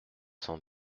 cent